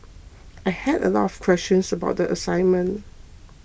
I had a lot of questions about the assignment